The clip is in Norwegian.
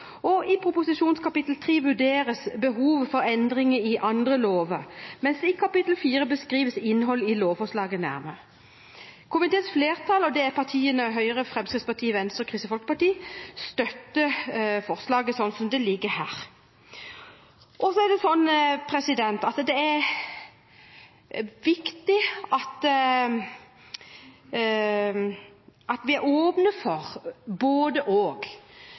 I proposisjonens kap. 3 vurderes behovet for endringer i andre lover, mens i kap. 4 beskrives innholdet i lovforslaget nærmere. Komiteens flertall, partiene Høyre, Fremskrittspartiet, Kristelig Folkeparti og Venstre, støtter forslaget sånn som det ligger her. Det er viktig at vi er åpne for både–og. Dette skal ikke være en diskusjon for eller mot veiselskapet. Det